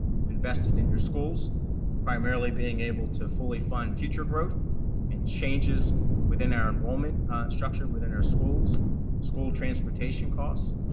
you've invested in your schools primarily being able to fully fund teacher growth and changes within our enrollment structure within our schools school transportation costs.